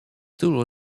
tylu